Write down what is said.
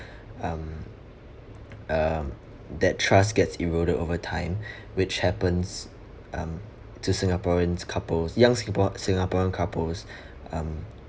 um um that trust gets eroded over time which happens um to singaporeans couples young singapore singaporean couples um